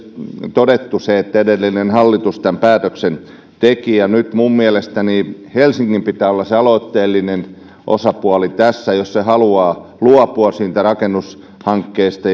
todettu se että edellinen hallitus tämän päätöksen teki nyt minun mielestäni helsingin pitää olla se aloitteellinen osapuoli tässä jos se haluaa luopua siitä rakennushankkeesta